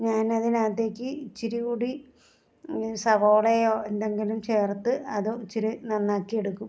ഞാനതിനകത്തേക്ക് ഇച്ചിരി കൂടി സവോളയോ എന്തെങ്കിലും ചേർത്ത് അതും ഇച്ചിരി നന്നാക്കി എടുക്കും